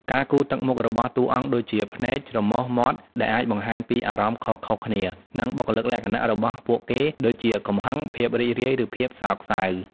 ការគូរទឹកមុខរបស់តួអង្គដូចជាភ្នែក ច្រមុះ មាត់ ដែលអាចបង្ហាញពីអារម្មណ៍ខុសៗគ្នា និងបុគ្គលិកលក្ខណៈរបស់ពួកគេ ដូចជាកំហឹង ភាពរីករាយ ឬភាពសោកសៅ។